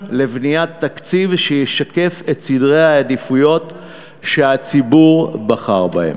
לבניית תקציב שישקף את סדרי העדיפויות שהציבור בחר בהם.